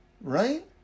right